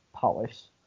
Palace